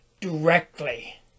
directly